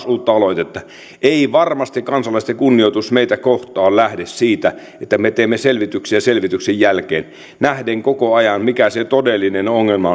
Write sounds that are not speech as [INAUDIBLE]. [UNINTELLIGIBLE] uutta aloitetta ei varmasti kansalaisten kunnioitus meitä kohtaan lähde siitä että me teemme selvityksiä selvityksien jälkeen nähden koko ajan mikä se todellinen ongelma [UNINTELLIGIBLE]